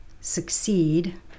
succeed